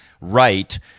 right